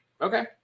Okay